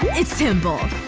it's simple!